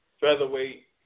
featherweight